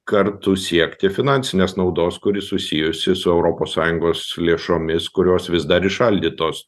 kartu siekti finansinės naudos kuri susijusi su europos sąjungos lėšomis kurios vis dar įšaldytos